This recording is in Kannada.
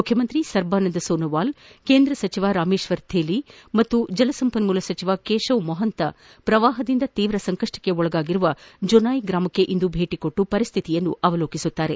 ಮುಖ್ಯಮಂತ್ರಿ ಸರ್ಬಾನಂದ ಸೋಸೋವಾಲ್ ಕೇಂದ್ರ ಸಚಿವ ರಾಮೇಶ್ವರ್ ಥೇಲಿ ಮತ್ತು ಜಲಸಂಪನ್ನೂಲ ಸಚಿವ ಕೇಶವ್ ಮಹಂತಾ ಪ್ರವಾಹದಿಂದ ತೀವ್ರ ಸಂಕಷ್ಲಕ್ಷೆ ಒಳಗಾಗಿರುವ ಜೋನಾಯ್ ಗ್ರಾಮಕ್ಕೆ ಇಂದು ಭೇಟಿ ನೀಡಿ ಪರಿಸ್ಥಿತಿಯನ್ನು ಅವಲೋಕಿಸಲಿದ್ದಾರೆ